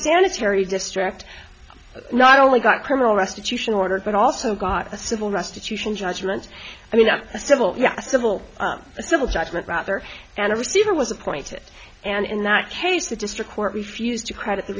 sanitary distract not only got criminal restitution orders but also got a civil restitution judgment i mean a simple yes simple up a civil judgment rather and a receiver was appointed and in that case the district court refused to credit the